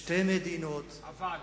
שתי מדינות, אבל.